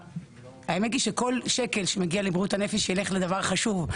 והאמת היא שכל שקל שמגיע לבריאות הנפש ילך לדבר חשוב.